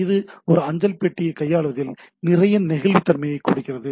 இது ஒரு அஞ்சல் பெட்டியைக் கையாள்வதில் நிறைய நெகிழ்வுத்தன்மையைக் கொடுக்கிறது